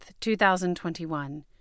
2021